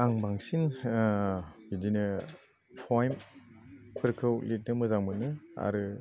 आं बांसिन बिदिनो फइमफोरखौ लिरनो मोजां मोनो आरो